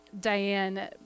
Diane